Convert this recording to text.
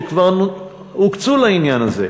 שכבר הוקצו לעניין הזה.